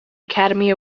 academy